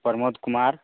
Pramod Kumar